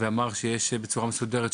ואמר שיש בצורה מסודרת,